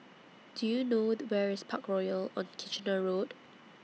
Do YOU know Where IS Parkroyal on Kitchener Road